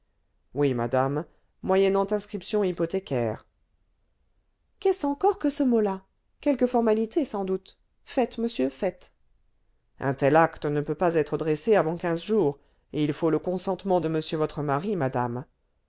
oui madame moyennant inscription hypothécaire qu'est-ce encore que ce mot-là quelque formalité sans doute faites monsieur faites un tel acte ne peut pas être dressé avant quinze jours et il faut le consentement de m votre mari madame